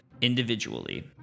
individually